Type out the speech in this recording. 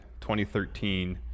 2013